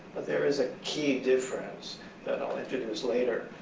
but there is a key difference that i'll introduce later.